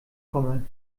komme